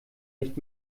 nicht